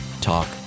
Talk